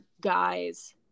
guys